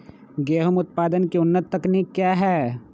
गेंहू उत्पादन की उन्नत तकनीक क्या है?